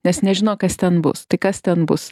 nes nežino kas ten bus tai kas ten bus